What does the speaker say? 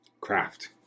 Craft